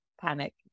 panic